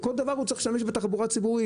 לכל דבר הוא צריך להשתמש בתחבורה ציבורית.